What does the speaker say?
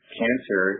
cancer